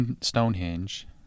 Stonehenge